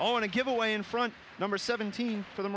want to give away in front number seventeen for the